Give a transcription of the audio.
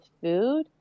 food